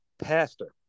pastor